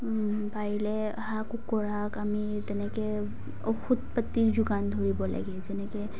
পাৰিলে হাঁহ কুকুৰাক আমি তেনেকৈ ঔষধ পাতি যোগান ধৰিব লাগে যেনেকৈ